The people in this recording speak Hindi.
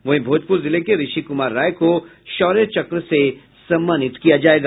वहीं भोजपुर जिले के ऋषि कुमार राय को शौर्य चक्र से सम्मानित किया जायेगा